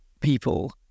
people